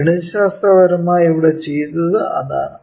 ഗണിതശാസ്ത്രപരമായി ഇവിടെ ചെയ്തത് അതാണ്